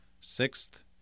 Sixth